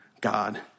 God